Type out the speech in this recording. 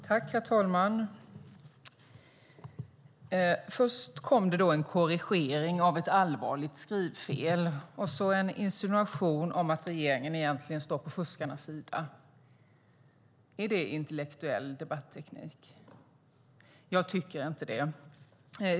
Herr talman! Först kom det en korrigering av ett allvarligt skrivfel och sedan en insinuation om att regeringen egentligen står på fuskarnas sida. Är det en intellektuell debatteknik? Jag tycker inte det.